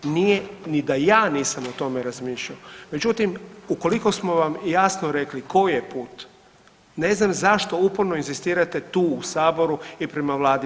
Nije ni da ja nisam o tome razmišljao, međutim ukoliko smo vam jasno rekli koji je put ne znam zašto uporno inzistirate tu u saboru i prema vladi.